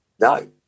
No